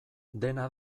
dena